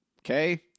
okay